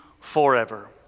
forever